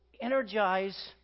energize